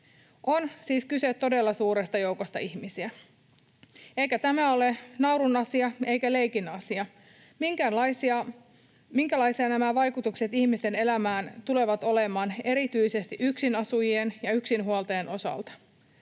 On siis kyse todella suuresta joukosta ihmisiä. Eikä tämä ole naurun asia eikä leikin asia, minkälaisia nämä vaikutukset ihmisten elämään tulevat olemaan erityisesti yksinasujien ja yksinhuoltajien osalta.